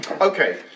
Okay